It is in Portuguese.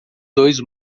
dois